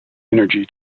energy